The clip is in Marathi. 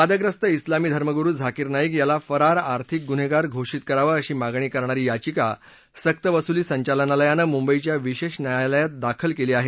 वादग्रस्त उलामी धर्मगुरु झाकीर नाईक याला फरार आर्थिक गुन्हेगार घोषित करावं अशी मागणी करणारी याविका सक्तवसुली संचालनालयानं मुंबईच्या विशेष न्यायालयात दाखल केला आहे